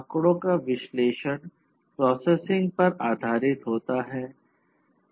आंकड़ों का विश्लेषण प्रोसेसिंग पर आधारित होता है